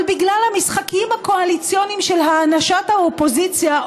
אבל בגלל המשחקים הקואליציוניים של הענשת האופוזיציה,